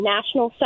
National